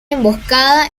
emboscada